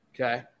Okay